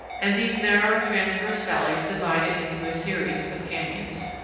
and these narrow, transverse valleys divide it into a series of canyons.